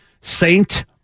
Saint